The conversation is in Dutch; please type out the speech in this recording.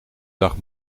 dag